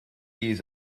years